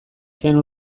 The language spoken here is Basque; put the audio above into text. zen